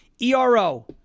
ERO